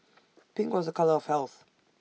pink was A colour of health